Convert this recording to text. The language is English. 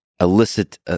elicit